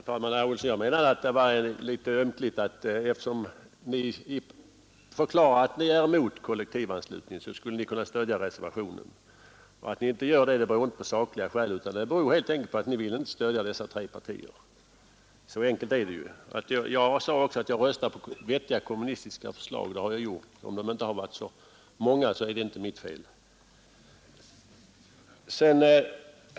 Herr talman! Jag ansåg att ni var litet ynkliga, för eftersom ni förklarar att ni är mot kollektivanslutning borde ni kunna stödja reservationen. Att ni inte gör det beror inte på sakliga överväganden utan på att ni helt enkelt inte vill stödja dessa tre partier. Jag röstar på vettiga kommunistiska förslag. Om de inte har varit så många, är det inte mitt fel.